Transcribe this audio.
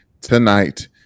tonight